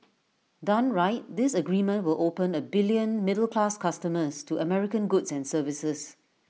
done right this agreement will open A billion middle class customers to American goods and services